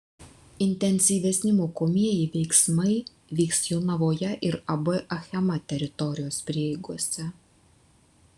intensyvesni mokomieji veiksmai vyks jonavoje ir ab achema teritorijos prieigose